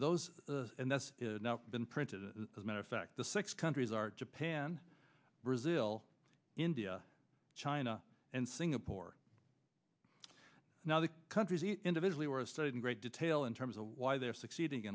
those and that's now been printed as matter of fact the six countries are japan brazil india china and singapore now the countries individually or as stated in great detail in terms of why they're succeeding